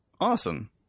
Awesome